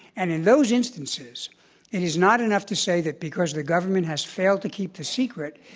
and in those instances, it is not enough to say that because the government has failed to keep the secret,